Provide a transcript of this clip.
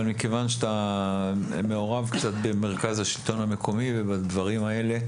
אבל מכיוון שאתה מעורב קצת במרכז השלטון המקומי ובדברים האלה